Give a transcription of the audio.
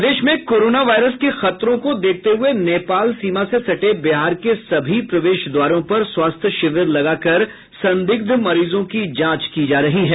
प्रदेश में corona virus के खतरों को देखते हुये नेपाल सीमा से सटे बिहार के सभी प्रवेश द्वारों पर स्वास्थ्य शिविर लगाकर संदिग्ध मरीजों की जांच की जा रही है